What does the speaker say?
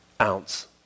ounce